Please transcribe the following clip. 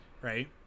right